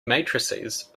matrices